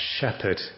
shepherd